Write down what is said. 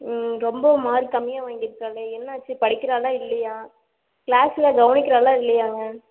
ரொம்ப மார்க் கம்மியாக வாங்கியிருக்காளே என்ன ஆச்சு படிக்கிறாளா இல்லையா கிளாஸில் கவனிக்கிறாளா இல்லையா மேம்